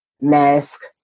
mask